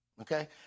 okay